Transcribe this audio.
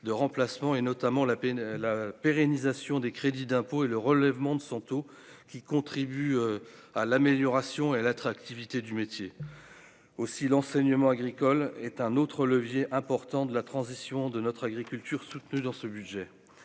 de remplacement et notamment la peine la pérennisation des crédits d'impôts et le relèvement de son taux, qui contribuent à l'amélioration et l'attractivité du métier aussi l'enseignement agricole est un autre levier important de la transition de notre agriculture soutenue dans ce budget,